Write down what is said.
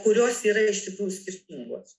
kurios yra iš tikrųjų skirtingos